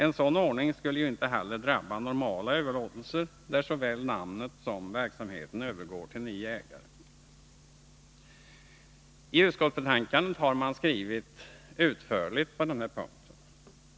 En sådan ordning skulle ju inte heller drabba normala överlåtelser, där såväl namnet som verksamheten övergår till ny ägare. I utskottsbetänkandet har man skrivit utförligt på denna punkt.